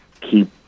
keep